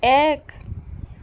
এক